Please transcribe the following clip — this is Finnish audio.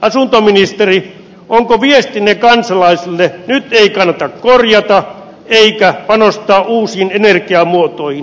asuntoministeri onko viestinne kansalaisille että nyt ei kannata korjata eikä panostaa uusiin energiamuotoihin